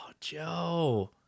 joe